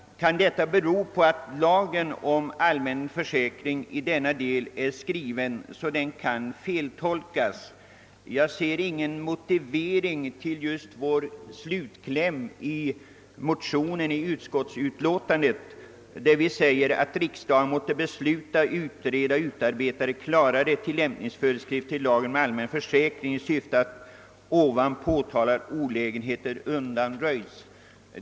Kan detta bero på att lagen om allmän försäkring i denna del är skriven så att den kan feltolkas? Jag ser i utskottsutlåtandet ingen motivering till just vår slutkläm i motionen, där vi yrkar att »riksdagen måtte besluta utreda och utarbeta klarare tilllämpningsföreskrifter till Lagen om allmän försäkring i syfte att ovan påtalade olägenheter undanröjs».